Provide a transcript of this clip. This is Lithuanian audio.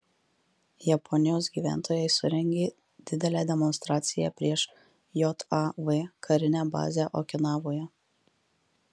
japonijos gyventojai surengė didelę demonstraciją prieš jav karinę bazę okinavoje